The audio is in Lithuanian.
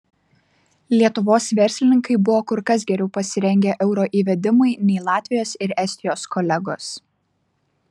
lietuvos verslininkai buvo kur kas geriau pasirengę euro įvedimui nei latvijos ir estijos kolegos